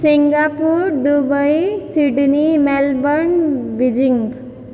Singapore Dubai Sydney Melbourne Beijing